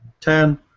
Ten